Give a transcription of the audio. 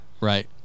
Right